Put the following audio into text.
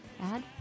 add